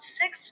six